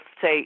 say